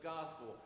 gospel